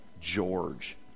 George